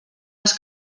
els